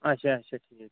اَچھا اَچھا ٹھیٖک